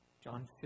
John